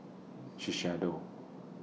Shiseido